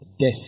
death